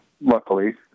luckily